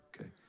Okay